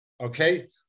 Okay